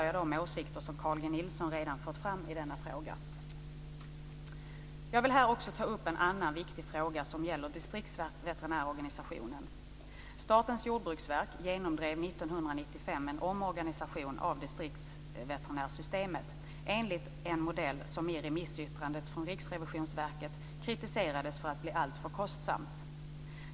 Jag vill här också ta upp en annan viktig fråga som gäller distriktsveterinärorganisationen. Statens jordbruksverk genomdrev 1995 en omorganisation av distriktsveterinärsystemet enligt en modell som i remissyttrandet från Riksrevisionsverket kritiserades som alltför kostsam.